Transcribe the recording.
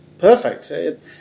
Perfect